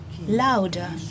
louder